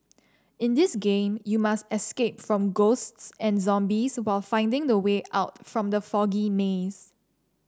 in this game you must escape from ghosts and zombies while finding the way out from the foggy maze